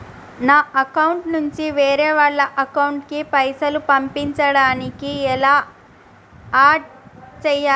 నా అకౌంట్ నుంచి వేరే వాళ్ల అకౌంట్ కి పైసలు పంపించడానికి ఎలా ఆడ్ చేయాలి?